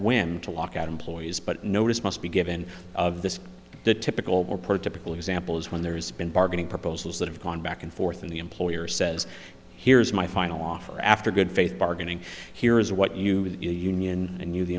whim to lockout employees but notice must be given of this the typical or per typical example is when there has been bargaining proposals that have gone back and forth in the employer says here's my final offer after good faith bargaining here is what you union and you the